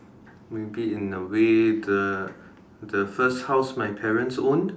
maybe in a way the the first house my parents owned